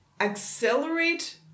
accelerate